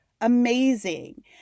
amazing